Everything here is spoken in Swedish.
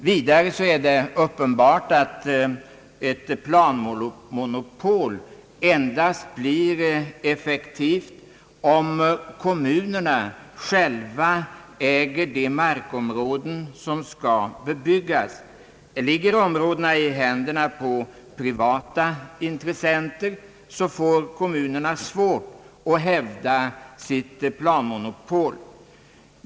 För det andra är det uppenbart att ett planmonopol endast blir effektivt om kommunerna själva äger de markområden som skall bebyggas. Ligger områdena i händerna på privata intressenter får kommunerna svårt att hävda sitt planmonopol.